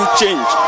change